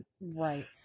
Right